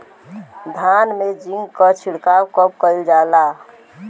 धान में जिंक क छिड़काव कब कइल जाला?